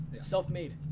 self-made